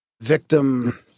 victim